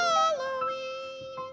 Halloween